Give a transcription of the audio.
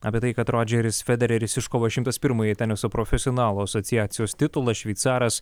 apie tai kad rodžeris federeris iškovojo šimtas pirmąjį teniso profesionalų asociacijos titulą šveicaras